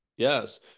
Yes